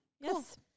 Yes